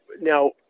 now